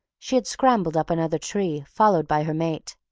she had scrambled up another tree, followed by her mate.